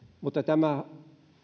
mutta tämä